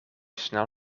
snel